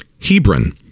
Hebron